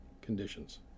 Conditions